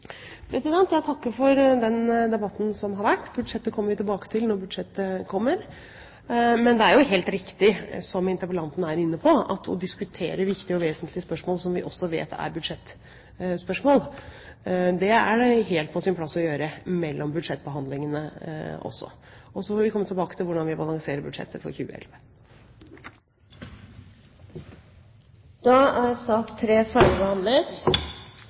Jeg takker for den debatten som har vært. Budsjettet kommer vi tilbake til når det kommer. Men det er helt riktig, som interpellanten er inne på, at å diskutere viktige og vesentlige spørsmål som vi vet også er budsjettspørsmål, er helt på sin plass å gjøre mellom budsjettbehandlingene også. Så får vi komme tilbake til hvordan vi balanserer budsjettet for 2011. Dermed er sak nr. 3 ferdigbehandlet.